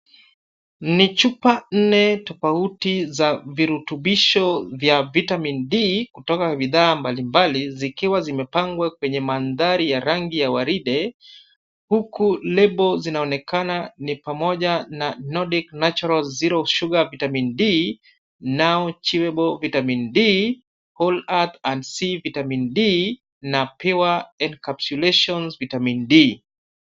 Ni chupa nne tofauti za virutubisho vya vitamin D kutoka bidhaa mbalimbali zikiwa zimepangwa kwenye mandhari ya rangi ya waridi huku lebo zinaonekana ni pamoja na Nordic natural zero sugar vitamin D, NOW chewable vitamin D, whole herb and seed vitamin D na pure encapsulation vitamin D .